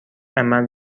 عمل